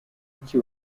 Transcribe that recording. iki